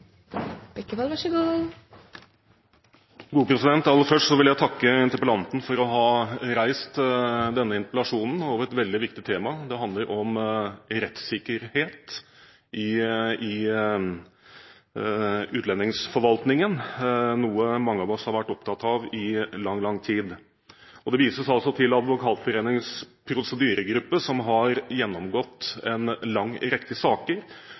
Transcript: Aller først vil jeg takke interpellanten for å ha reist denne interpellasjonen om et veldig viktig tema. Det handler om rettssikkerhet i utlendingsforvaltningen, noe mange av oss har vært opptatt av i lang, lang tid. Det vises til Advokatforeningens prosedyregruppe, som har gjennomgått en lang rekke saker,